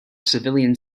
civilian